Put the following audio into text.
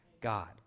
God